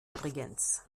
übrigens